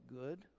good